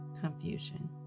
confusion